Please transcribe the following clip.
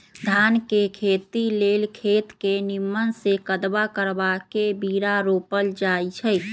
धान के खेती लेल खेत के निम्मन से कदबा करबा के बीरा रोपल जाई छइ